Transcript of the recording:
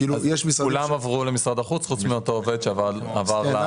כולם עברו למשרד החוץ חוץ מאותו עובד שעבר למל"ל.